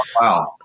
Wow